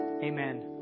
Amen